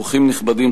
אורחים נכבדים,